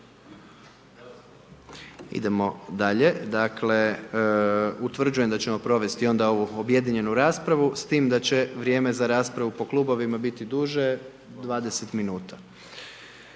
Idemo dalje, dakle, utvrđujem da ćemo provesti onda ovu objedinjenu raspravu s tim da će vrijeme za raspravu po klubovima biti duže 20 minuta.